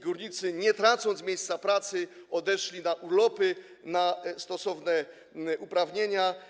Górnicy, nie tracąc miejsc pracy, odeszli na urlopy, mają stosowne uprawnienia.